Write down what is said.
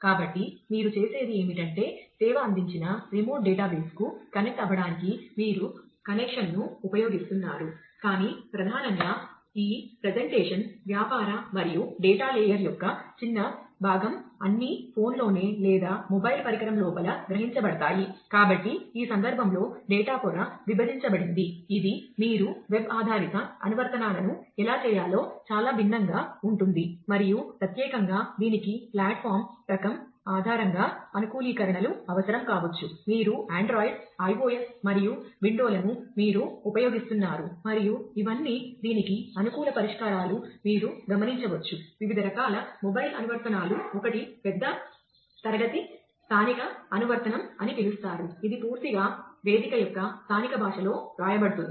కాబట్టి మీరు చేసేది ఏమిటంటే సేవ అందించిన రిమోట్ అనువర్తనాలు ఒకటి పెద్ద తరగతి స్థానిక అనువర్తనం అని పిలుస్తారు ఇది పూర్తిగా వేదిక యొక్క స్థానిక భాషలో వ్రాయబడుతుంది